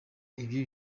ibi